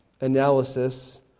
analysis